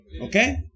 Okay